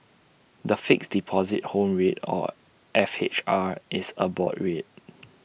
the Fixed Deposit Home Rate or F H R is A board rate